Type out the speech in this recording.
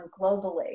globally